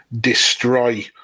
destroy